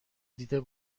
دیده